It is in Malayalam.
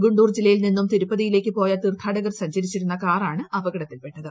ഗുണ്ടൂർ ജില്ലയിൽ നിന്നും തിരുപ്പതിയിലേക്ക് പോയ തീർത്ഥാടകർ സഞ്ചരിച്ചിരുന്ന കാർ ആണ് അപകടത്തിൽപെട്ടത്